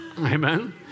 Amen